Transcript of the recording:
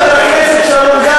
חבר הכנסת שרון גל,